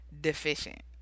deficient